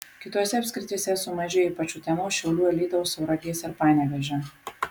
kitose apskrityse sumažėjo ypač utenos šiaulių alytaus tauragės ir panevėžio